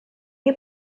you